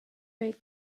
bade